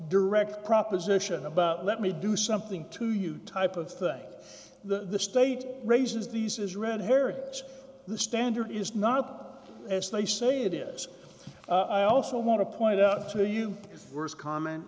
direct proposition about let me do something to you type of thing that the state raises these is red herring the standard is not up as they say it is i also want to point out to you st comment